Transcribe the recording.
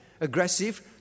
aggressive